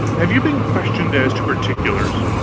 have you been questioned as to particulars?